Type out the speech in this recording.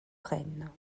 rennes